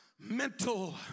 mental